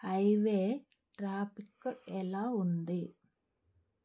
highway traffic ఎలా ఉంది